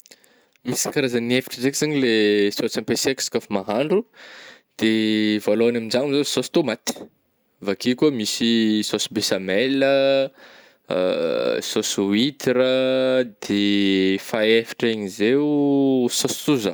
Misy karazany efatra zeky zegny le saosy ampiasaika isaka fa mahandro oh, de voalohany amin'injao zao saosy tômaty avy akeo koa misy saosy bechamel ah, saosy hoitra de fa efatra ign'io zay oh saosy sôja.